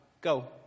Go